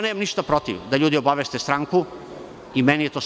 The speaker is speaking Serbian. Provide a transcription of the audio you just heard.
Nemam ništa protiv da ljudi obaveste stranku i to mi je u redu.